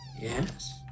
Yes